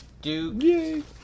Duke